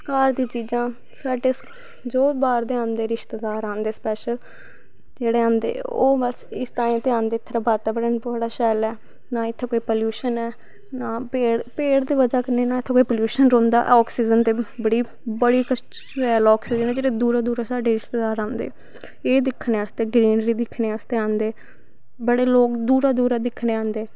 घर दी चीजां साढ़े जो बाह्र दे आंदे रिश्तेदार आंदे स्पैशल जेह्ड़े आंदे ओह् बस इस तांई ते आंदे इत्थें बातावरन बी बड़ा शैल ऐ ना इत्थै कोई पलूशन ऐ पेड़ दी बज़ह कन्नै इत्थै ना कोई पलूशन रौंह्दा आक्सीजन ते बड़ी बड़ी जिसलै दूरा दूरा साढ़े रिश्तेदार आंदे एह् दिक्खने आस्तै ग्रांऽ दिक्खने आस्तै आंदे बड़े लोग दूरा दूरा दिक्खने आंदे